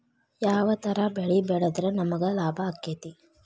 ಯಾವ ತರ ಬೆಳಿ ಬೆಳೆದ್ರ ನಮ್ಗ ಲಾಭ ಆಕ್ಕೆತಿ?